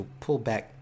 pullback